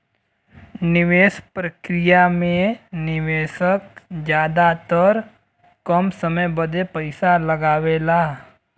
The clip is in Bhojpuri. निवेस प्रक्रिया मे निवेशक जादातर कम समय बदे पइसा लगावेला